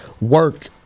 work